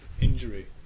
injury